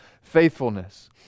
faithfulness